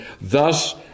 thus